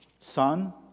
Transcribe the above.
son